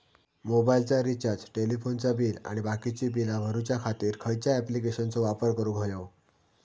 मोबाईलाचा रिचार्ज टेलिफोनाचा बिल आणि बाकीची बिला भरूच्या खातीर खयच्या ॲप्लिकेशनाचो वापर करूक होयो?